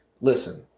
Listen